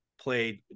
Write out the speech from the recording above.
played